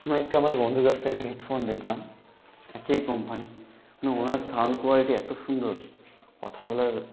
আমি একটা আমার বন্ধুর কাছ থেকে হেডফোন দেখলাম একই কোম্পানি কিন্তু ওনার সাউণ্ড কোয়ালিটি এত সুন্দর কথা বলার